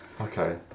Okay